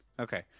Okay